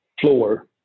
floor